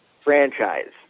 franchise